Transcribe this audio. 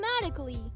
automatically